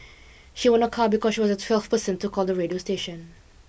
she won a car because she was the twelfth person to call the radio station